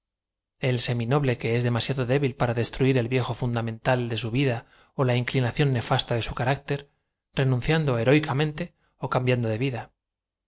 el semi noble que es demasiado débil para destruir el vicio fundamen ta l de su vida ó la inclinación nefasta de su carácter renunciando heroicamente ó cambiando de vida